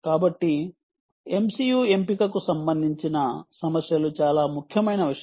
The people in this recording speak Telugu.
కాబట్టి MCU ఎంపికకు సంబంధించిన సమస్యలు చాలా ముఖ్యమైన విషయం